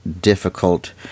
difficult